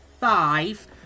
five